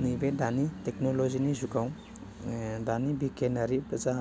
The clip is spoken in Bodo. नैबे दानि टेक्न'ल'जिनि जुगाव दानि बिगियानारि गोजा